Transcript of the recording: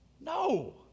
No